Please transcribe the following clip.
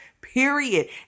period